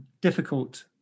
difficult